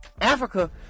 Africa